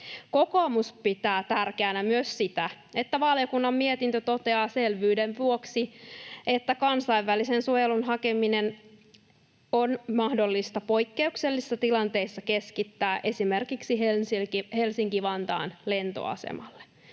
Kokoomus pitää tärkeänä myös sitä, että valiokunnan mietintö toteaa selvyyden vuoksi, että kansainvälisen suojelun hakeminen on mahdollista poikkeuksellisissa tilanteissa keskittää esimerkiksi Helsinki-Vantaan lentoasemalle.